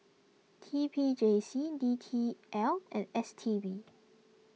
T P J C D T L and S T B